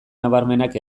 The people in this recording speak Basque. nabarmenak